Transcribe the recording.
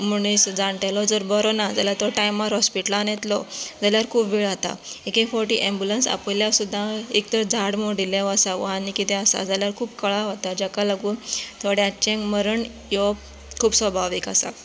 मनीस जाण्टेलो जर बरो ना जाल्यार तो टायमार हॉस्पिटलान येतलो जाल्यार खूब वेळ जाता एक एक फावटी ऍबुलन्स आपयल्यार सुद्दां एक तर झाड मोडिल्ले आसा वो आनी कितें आसा जाल्यार खूब कळाव जाता जाका लागून थोड्यांचे मरण येवप खूब स्वभाविक आसा